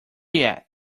yet